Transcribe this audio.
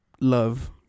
love